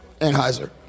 Anheuser